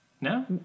No